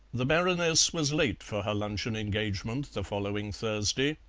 the baroness was late for her luncheon engagement the following thursday.